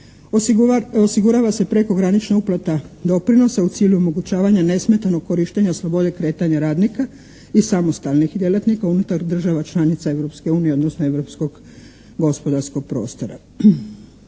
osigurava se prekogranična uplata doprinosa u cilju onemogućavanja nesmetanog korištenja slobode kretanja radnika i samostalnih djelatnika unutar država članica Europske unije, odnosno europskog gospodarskog prostora.